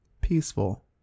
peaceful